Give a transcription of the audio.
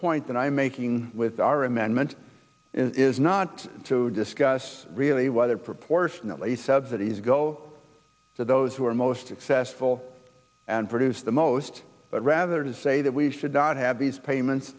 point that i'm making with our amendment is not to discuss really whether proportionately subsidies go to those who are most successful and produce the most but rather to say that we should not have these payments